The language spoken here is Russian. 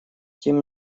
тем